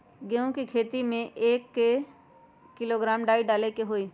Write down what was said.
गेहूं के खेती में एक बीघा खेत में केतना किलोग्राम डाई डाले के होई?